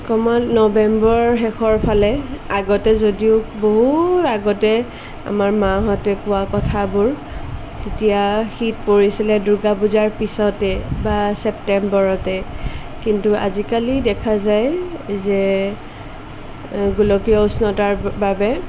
অকণমান নৱেম্বৰৰ শেষৰফালে আগতে যদিও বহুত আগতে আমাৰ মাহঁতে কোৱা কথাবোৰ তেতিয়া শীত পৰিছিলে দূৰ্গা পূজাৰ পিছতে বা ছেপ্তেম্বৰতে কিন্তু আজিকালি দেখা যায় যে গোলকীয় উষ্ণতাৰ বাবে